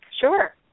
Sure